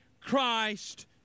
Christ